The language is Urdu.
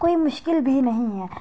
کوئی مشکل بھی نہیں ہے